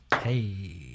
hey